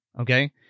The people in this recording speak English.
okay